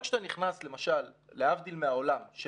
למשל להבדיל מהעולם,